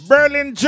Berlin